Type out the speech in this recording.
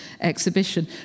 exhibition